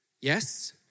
Yes